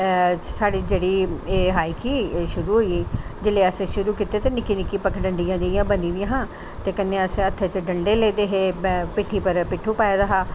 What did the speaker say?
एह् साढ़ी जेहड़ी एह् हाइक ही शुरु होई गेई जिसले अस शुरु कीती ते निक्की निक्की पगडंडिया बनी दियां हां ते कन्नै अस हत्थै च डंडे लेदे हे पिट्ठी पर पिट्ठू पाए दा हा